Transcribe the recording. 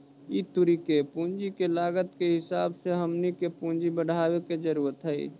ई तुरी के पूंजी के लागत के हिसाब से हमनी के पूंजी बढ़ाबे के जरूरत हई